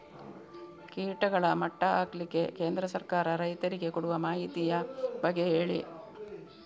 ಕೀಟಗಳ ಮಟ್ಟ ಹಾಕ್ಲಿಕ್ಕೆ ಕೇಂದ್ರ ಸರ್ಕಾರ ರೈತರಿಗೆ ಕೊಡುವ ಮಾಹಿತಿಯ ಬಗ್ಗೆ ಹೇಳಿ